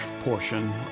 portion